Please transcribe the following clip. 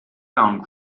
found